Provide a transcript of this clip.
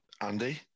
Andy